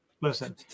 Listen